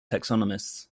taxonomists